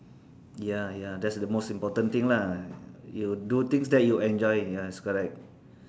ya ya that's the most important thing lah you do things that you enjoy ya is correct